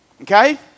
okay